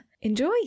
Enjoy